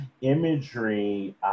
imagery